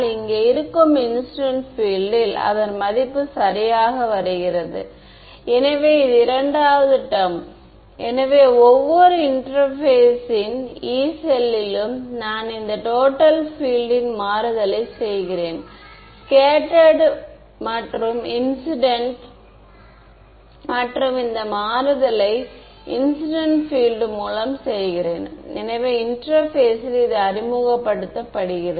எனவே நான் என்ன சொல்கிறேன் என்றால் சமன்பாடு 1 க்கு 3 வெக்டர்கள் உள்ளன ஆமாம் 3 வெக்டர்கள் உள்ளன இந்த விதிமுறைகள் ஒவ்வொன்றும் டெர்ம்ஸ் 1 2 3 ஆகும் இந்த 3 ம் ஒரு 1 வெக்டர் மற்றும் ∇×H இறுதியாக மேக்ஸ்வெல்லின் சமன்பாடுகளால் சமமாக இருக்கும்